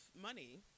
money